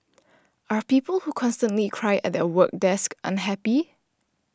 are people who constantly cry at their work desk unhappy